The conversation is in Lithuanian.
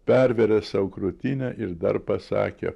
perveria sau krūtinę ir dar pasakė